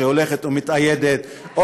שהולכת ומתאיידת.